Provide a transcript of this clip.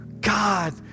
God